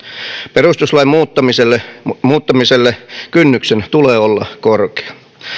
perustuslain muuttamiselle muuttamiselle kynnyksen tulee olla korkea